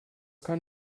kann